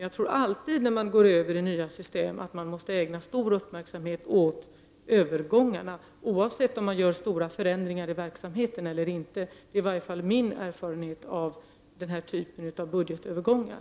Jag tror att man alltid, när man övergår till nya system, måste ägna stor uppmärksamhet åt övergångarna, oavsett om man gör stora förändringar i verksamheten eller inte. Det är i varje fall min erfarenhet av den här typen av budgetövergångar.